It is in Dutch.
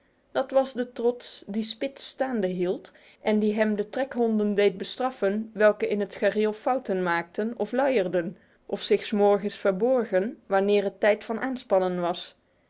dat was de trots die spitz staande hield en die hem de trekhonden deed bestraffen welke in het gareel fouten maakten of luierden of zich s morgens verborgen wanneer het tijd van aanspannen was